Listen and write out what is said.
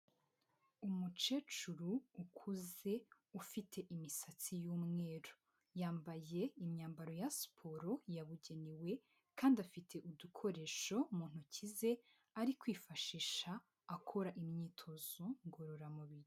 Umukecuru ukuze ufite imisatsi y'umweru yambaye imyambaro ya siporo yabugenewe, kandi afite udukoresho mu ntoki ze ari kwifashisha akora imyitozo ngororamubiri.